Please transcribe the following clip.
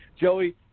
Joey